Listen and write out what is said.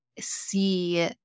see